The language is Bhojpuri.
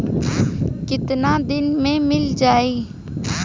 कितना दिन में मील जाई?